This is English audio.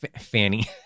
Fanny